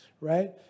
right